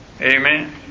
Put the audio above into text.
Amen